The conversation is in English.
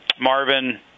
Marvin